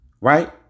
Right